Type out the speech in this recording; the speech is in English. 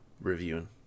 reviewing